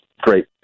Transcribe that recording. great